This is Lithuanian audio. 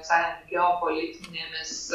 visai geopolitinėmis